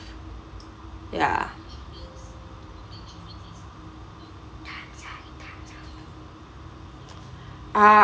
ya uh